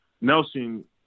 Nelson